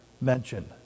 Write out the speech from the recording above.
mentioned